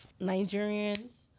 Nigerians